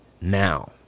now